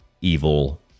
evil